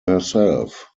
herself